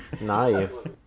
nice